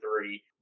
three